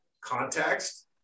context